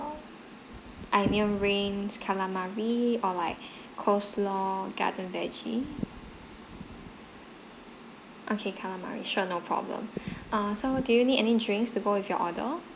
onion ring calamari or like coleslaw garden veggie okay calamari sure no problem err so do you need any drinks to go with your order